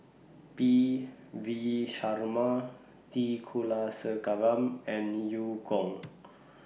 P V Sharma T Kulasekaram and EU Kong